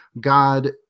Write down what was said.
God